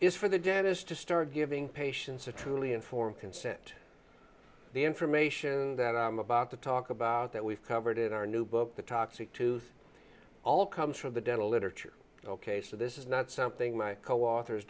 is for the day it is to start giving patients a truly informed consent the information that i'm about to talk about that we've covered in our new book the toxic tooth all comes from the dental literature ok so this is not something my co